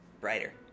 brighter